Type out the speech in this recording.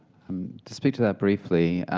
um to speak to that briefly,